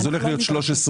אז הולך להיות 13,000?